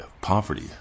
poverty